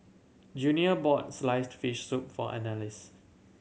Junior bought sliced fish soup for Annalise